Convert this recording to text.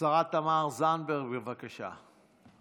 השרה תמר זנדברג, בבקשה.